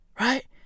Right